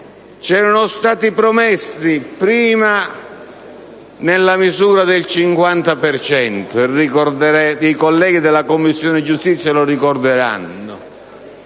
Ci erano stati promessi prima, nella misura del 50 per cento (i colleghi della Commissione giustizia lo ricorderanno),